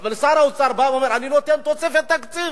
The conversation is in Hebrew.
אבל שר האוצר בא ואומר: אני נותן תוספת תקציב.